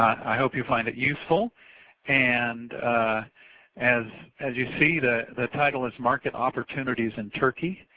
i hope youill find it useful and as as you see, the the title is imarket opportunities in turkeyi,